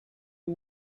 two